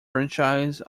franchise